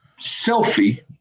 selfie